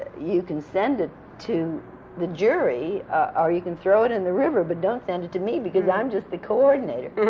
you can send it to the jury, or you can throw it in the river, but don't send it to me, because i'm just the coordinator.